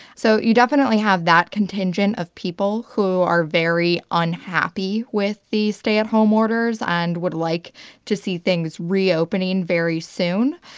so you definitely have that contingent of people who are very unhappy with the stay-at-home orders and would like to see things reopening very soon.